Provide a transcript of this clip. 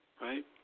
right